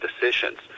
decisions